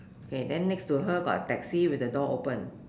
okay then next to her got a taxi with a door open